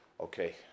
Okay